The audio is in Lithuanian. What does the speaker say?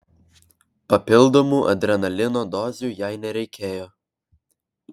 papildomų adrenalino dozių jai nereikėjo